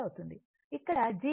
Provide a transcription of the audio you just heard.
ఇక్కడ G 1 R BL 1XL మరియు BC 1XC